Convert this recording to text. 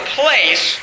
place